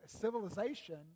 civilization